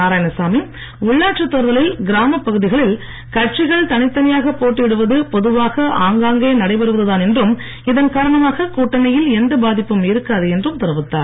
நாராயணசாமி உள்ளாட்சித் தேர்தலில் கிராமப் பகுதிகளில் கட்சிகள் தனித்தனியாகப் போட்டியிடுவது பொதுவாக ஆங்காங்கே நடைபெறுவதுதான் என்றும் இதன் காரணமாக கூட்டணியில் எந்த பாதிப்பும் இருக்காது என்றும் தெரிவித்தார்